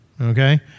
Okay